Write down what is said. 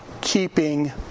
keeping